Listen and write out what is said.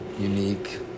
unique